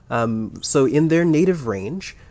um so in their native range,